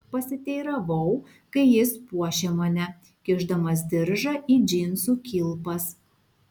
pasiteiravau kai jis puošė mane kišdamas diržą į džinsų kilpas